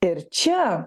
ir čia